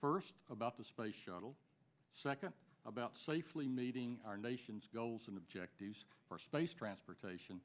first about the space shuttle second about safely meeting our nation's goals and objectives for space transportation